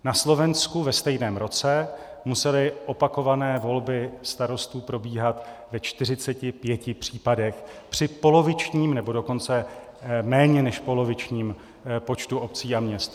Na Slovensku ve stejném roce musely opakované volby starostů probíhat ve 45 případech při polovičním, nebo dokonce méně než polovičním počtu obcí a měst.